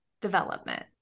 development